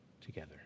together